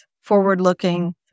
forward-looking